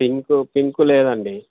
pink pink లేదండి